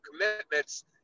commitments